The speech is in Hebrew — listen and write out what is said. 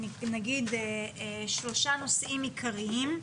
שלושה נושאים עיקריים.